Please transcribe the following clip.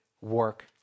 work